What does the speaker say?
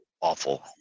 awful